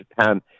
Japan